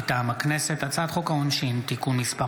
מטעם הכנסת: הצעת חוק העונשין (תיקון מס'